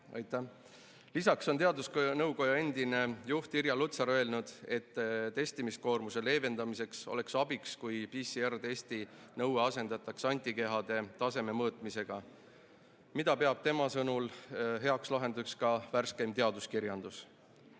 Lisaks on teadusnõukoja endine juht Irja Lutsar öelnud, et testimiskoormuse leevendamiseks oleks abiks, kui PCR-testi nõue asendataks antikehade taseme mõõtmisega. Seda peab tema sõnul heaks lahenduseks ka värskeim teaduskirjandus. Aga